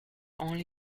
only